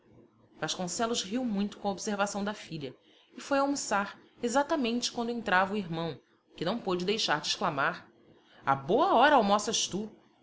vasconcelos riu muito com a observação da filha e foi almoçar exatamente quando entrava o irmão que não pôde deixar de exclamar a boa hora almoças tu